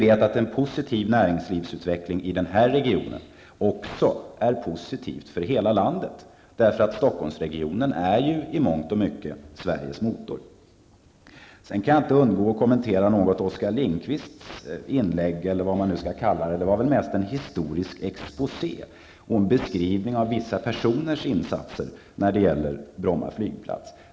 En positiv näringslivsutveckling i den här regionen är positiv också för hela landet, eftersom Stockholmsregionen i mångt och mycket ju är Jag kan inte underlåta att något kommentera Oskar Lindkvists inlägg, eller vad man skall kalla det. Det var mest en historisk exposé och en beskrivning av vissa personers insatser för Bromma flygplats.